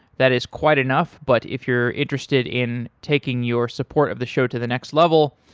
that is quite enough, but if you're interested in taking your support of the show to the next level,